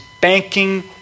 banking